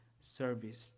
service